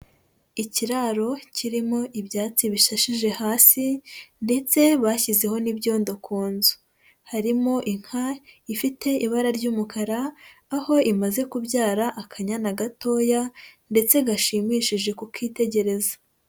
Ikiraro kirimo ibyatsi bishashije hasi ndetse bashyizeho n'ibyondo ku nzu, harimo inkare ifite ibara ry'umukara, aho imaze kubyara akanyana gatoya, ndetse gashimishije kukitegereza.